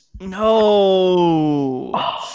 No